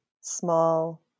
small